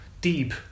deep